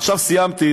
עכשיו סיימתי,